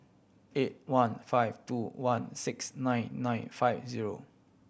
eight one five two one six nine nine five zero